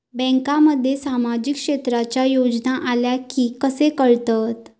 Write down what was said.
बँकांमध्ये सामाजिक क्षेत्रांच्या योजना आल्या की कसे कळतत?